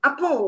Apo